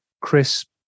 Crisp